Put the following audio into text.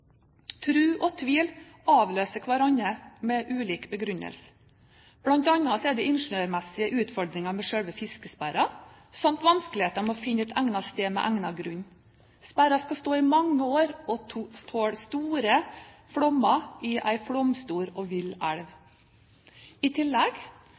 og tvil avløser hverandre, med ulik begrunnelse. Blant annet er det ingeniørmessige utfordringer med selve fiskesperra, samt vanskeligheter med å finne et egnet sted med egnet grunn. Sperra skal stå i mange år og tåle store flommer i en flomstor og vill